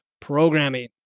programming